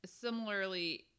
similarly